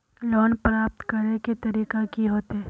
Loan प्राप्त करे के तरीका की होते?